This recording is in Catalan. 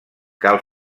cal